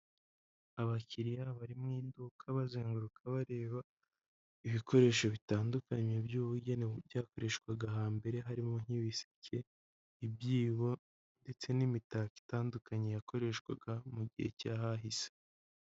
Abakiriya bari mu iduka bazenguruka bareba ibikoresho bitandukanye by'ubugeni byakoreshwaga hambere, harimo nk'ibiseke, ibyibo ndetse n'imitako itandukanye yakoreshwaga mu gihe cy'ahahise.